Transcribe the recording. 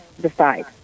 decide